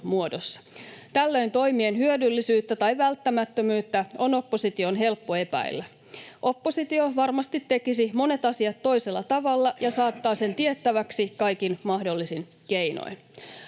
Tällöin toimien hyödyllisyyttä tai välttämättömyyttä on opposition helppo epäillä. Oppositio varmasti tekisi monet asiat toisella tavalla ja saattaa sen tiettäväksi kaikin mahdollisin keinoin.